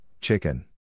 chicken